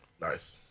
Nice